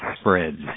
spreads